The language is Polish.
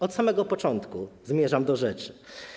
Od samego początku zmierzam do rzeczy.